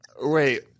Wait